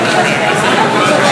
כן, אדוני, אני מציעה להתחיל.